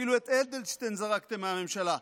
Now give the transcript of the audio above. אפילו את אדלשטיין זרקתם מהממשלה.